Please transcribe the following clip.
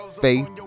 faith